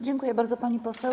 Dziękuję bardzo, pani poseł.